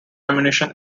ammunition